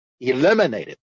eliminated